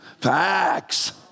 Facts